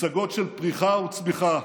לפסגות של פריחה וצמיחה,